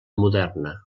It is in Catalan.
moderna